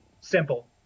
simple